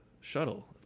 shuttle